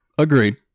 Agreed